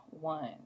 one